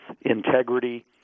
Integrity